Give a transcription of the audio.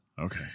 okay